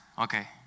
okay